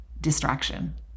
Distraction